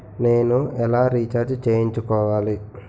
నేను ఎలా రీఛార్జ్ చేయించుకోవాలి?